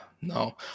no